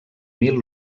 mil